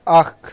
اَکھ